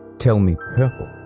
tell me purple.